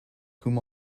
whom